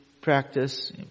practice